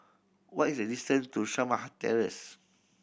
what is the distance to Shamah Terrace